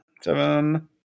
Seven